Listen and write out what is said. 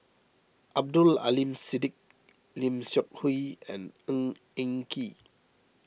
Abdul Aleem Siddique Lim Seok Hui and Ng Eng Kee